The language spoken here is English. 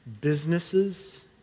businesses